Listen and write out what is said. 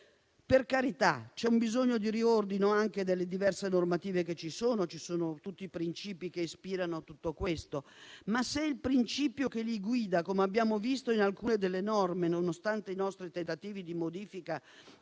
Per carità, c'è un bisogno di riordino anche delle diverse normative esistenti; ci sono i principi che ispirano tutto questo, ma se il principio che li guida, come abbiamo visto in alcune norme - nonostante i nostri tentativi di modifica,